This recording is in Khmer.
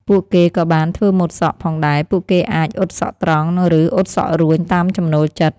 ពួកគេក៏បាន ធ្វើម៉ូតសក់ ផងដែរ។ ពួកគេអាច អ៊ុតសក់ត្រង់ ឬ អ៊ុតសក់រួញ តាមចំណូលចិត្ត។